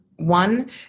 One